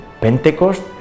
Pentecost